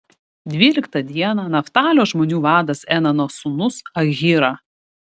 dvyliktą dieną naftalio žmonių vadas enano sūnus ahyra